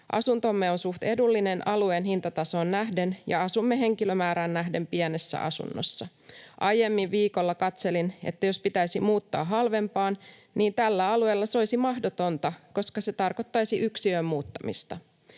Asuntomme on suht edullinen alueen hintatasoon nähden, ja asumme henkilömäärään nähden pienessä asunnossa. Aiemmin viikolla katselin, että jos pitäisi muuttaa halvempaan, niin tällä alueella se olisi mahdotonta, koska se tarkoittaisi yksiöön muuttamista.”